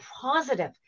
positive